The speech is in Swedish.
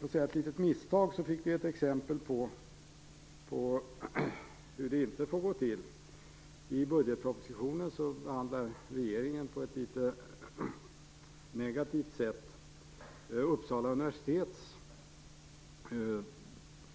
På grund av ett misstag fick vi ett exempel på hur det inte får gå till. I budgetpropositionen behandlar regeringen på ett litet negativt sätt Uppsala universitets